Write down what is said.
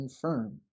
firm